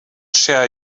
share